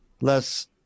less